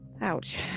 Ouch